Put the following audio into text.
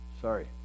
Sorry